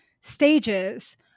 stages